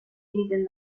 egiten